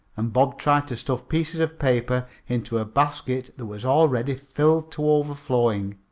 and bob tried to stuff pieces of paper into a basket that was already filled to overflowing.